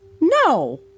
No